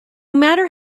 matter